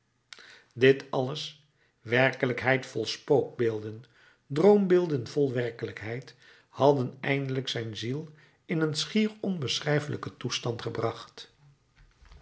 dit alles werkelijkheid vol spookbeelden droombeelden vol werkelijkheid hadden eindelijk zijn ziel in een schier onbeschrijfelijken toestand gebracht